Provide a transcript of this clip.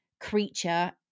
creature